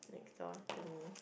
next door to me